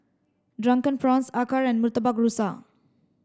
drunken prawns Acar and Murtabak Rusa